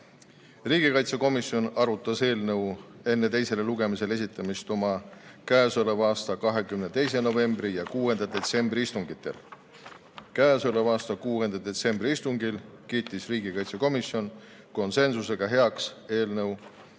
Riigikaitsekomisjon arutas eelnõu enne teisele lugemisele esitamist oma k.a 22. novembri ja 6. detsembri istungil. Oma 6. detsembri istungil kiitis riigikaitsekomisjon konsensusega heaks eelnõu